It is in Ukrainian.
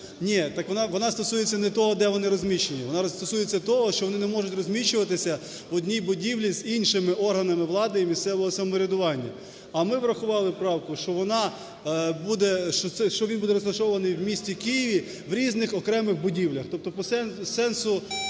так вона стосується не того, де вона розміщені, вона стосується того, що вони не можуть розміщуватися в одній будівлі з іншими органами влади і місцевого самоврядування. А ми врахували правку, що він буде розташований в місті Києві в різних окремих будівлях. Тобто по сенсу